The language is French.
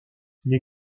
les